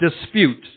dispute